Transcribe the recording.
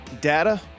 Data